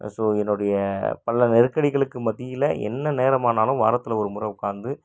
so என்னுடைய பல நெருக்கடிகளுக்கு மத்தியில் என்ன நேரமானாலும் வாரத்தில் ஒருமுறை உட்காந்து